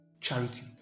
charity